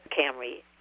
Camry